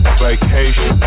vacation